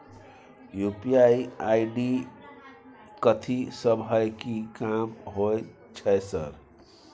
UPI ID कथि सब हय कि काम होय छय सर?